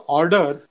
order